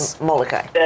Molokai